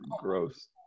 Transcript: gross